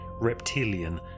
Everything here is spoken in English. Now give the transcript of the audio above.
reptilian